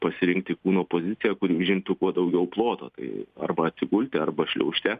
pasirinkti kūno poziciją kuri užimtų kuo daugiau ploto tai arba atsigulti arba šliaužte